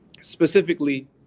Specifically